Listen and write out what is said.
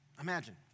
Imagine